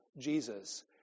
Jesus